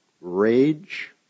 rage